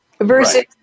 versus